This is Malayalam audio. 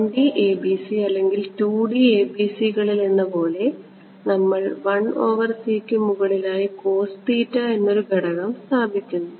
1D ABC അല്ലെങ്കിൽ 2D ABC കളിലെന്നപോലെ നമ്മൾ യ്ക്കു മുകളിലായി എന്നൊരു ഘടകം സ്ഥാപിക്കുന്നു